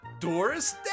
Doris